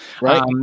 right